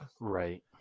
Right